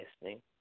listening